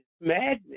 madness